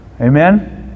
Amen